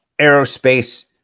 aerospace